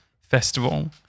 festival-